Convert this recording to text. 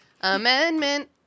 Amendment